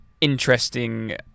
interesting